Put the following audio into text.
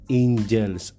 angels